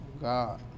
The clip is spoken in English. God